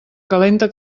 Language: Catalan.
calenta